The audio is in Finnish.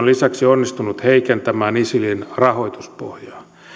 lisäksi onnistunut heikentämään isilin rahoituspohjaa